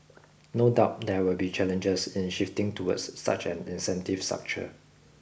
no doubt there will be challenges in shifting towards such an incentive structure